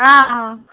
অঁ অঁ